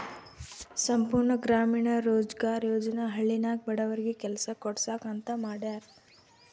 ಸಂಪೂರ್ಣ ಗ್ರಾಮೀಣ ರೋಜ್ಗಾರ್ ಯೋಜನಾ ಹಳ್ಳಿನಾಗ ಬಡವರಿಗಿ ಕೆಲಸಾ ಕೊಡ್ಸಾಕ್ ಅಂತ ಮಾಡ್ಯಾರ್